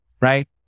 right